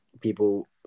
people